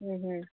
अं हूं